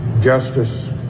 Justice